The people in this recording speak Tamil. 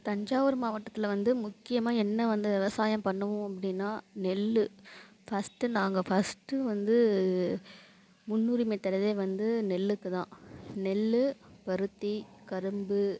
தஞ்சாவூர் மாவட்டத்தில் வந்து முக்கியமாக என்ன வந்து விவசாயம் பண்ணுவோம் அப்படினா நெல் ஃபர்ஸ்ட்டு நாங்கள் ஃபர்ஸ்ட்டு வந்து முன்னுரிமை தர்றதே வந்து நெல்லுக்கு தான் நெல் பருத்தி கரும்பு